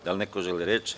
Da li neko želi reč?